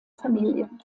familie